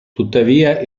tuttavia